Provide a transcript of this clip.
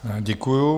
Děkuju.